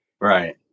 Right